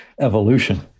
evolution